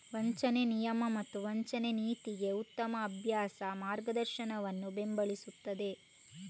ವಂಚನೆ ನಿಯಮ ಮತ್ತು ವಂಚನೆ ನೀತಿಗೆ ಉತ್ತಮ ಅಭ್ಯಾಸ ಮಾರ್ಗದರ್ಶನವನ್ನು ಬೆಂಬಲಿಸುತ್ತದೆ